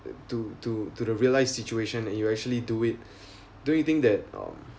to to to realize situation and you actually do it do you think that um